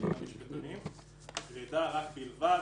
המשפטנים לפעמים משתמשים: גרידא, רק, בלבד.